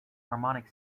harmonic